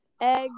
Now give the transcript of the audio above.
Eggs